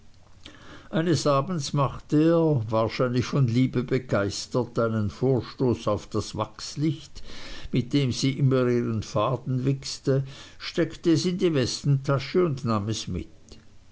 eines abends machte er wahrscheinlich von liebe begeistert einen vorstoß auf das wachslicht mit dem sie immer ihren faden wichste steckte es in die westentasche und nahm es mit